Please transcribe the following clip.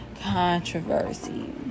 controversy